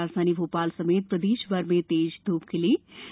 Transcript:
राजधानी भोपाल समेत प्रदेशभर में तेज धूप खिली हुई है